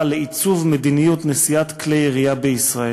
לעיצוב מדיניות נשיאת כלי ירייה בישראל.